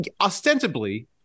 ostensibly